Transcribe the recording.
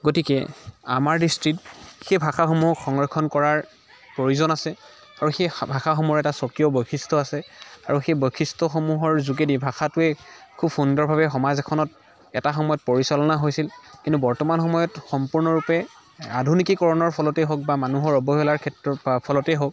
গতিকে আমাৰ দৃষ্টিত সেই ভাষাসমূহ সংৰক্ষণ কৰাৰ প্ৰয়োজন আছে আৰু সেই ভাষাসমূহৰ এটা স্বকীয় বৈশিষ্ট্য আছে আৰু সেই বৈশিষ্ট্যসমূহৰ যোগেদি ভাষাটোৱে খুব সুন্দৰভাৱে সমাজ এখনত এটা সময়ত পৰিচালনা হৈছিল কিন্তু বৰ্তমান সময়ত সম্পূৰ্ণৰূপে আধুনিকীকৰণৰ ফলতেই হওক বা মানুহৰ অৱহেলাৰ ক্ষেত্ৰত বা ফলতেই হওক